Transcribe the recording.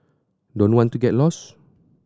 don't want to get lost